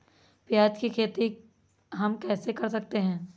प्याज की खेती हम कैसे कर सकते हैं?